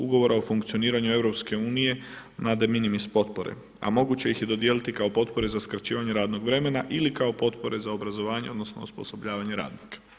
Ugovora o funkcioniranju Europske unije na de minimis potpore, a moguće ih je dodijeliti kao potpore za skraćivanje radnog vremena ili kao potpore za obrazovanje, odnosno osposobljavanje radnika.